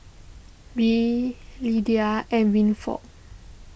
Reed Lidia and Winford